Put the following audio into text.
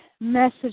message